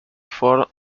ford